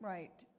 Right